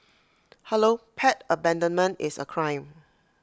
hello pet abandonment is A crime